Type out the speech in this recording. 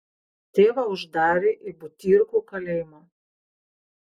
tėvą uždarė į butyrkų kalėjimą